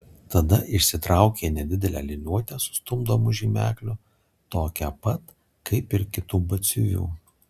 tada išsitraukė nedidelę liniuotę su stumdomu žymekliu tokią pat kaip ir kitų batsiuvių